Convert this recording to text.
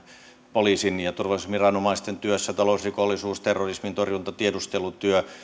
poliisin ja turvallisuusviranomaisten työssä talousrikollisuus terrorismin torjunta tiedustelutyö